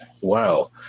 wow